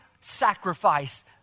sacrifice